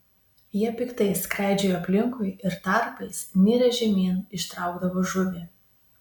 jie piktai skraidžiojo aplinkui ir tarpais nirę žemyn ištraukdavo žuvį